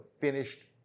finished